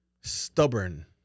stubborn